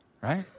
right